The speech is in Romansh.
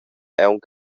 aunc